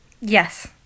Yes